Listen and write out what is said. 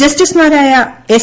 ജസ്റ്റിസുമാരായ എസ്